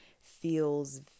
feels